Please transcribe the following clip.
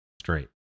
straight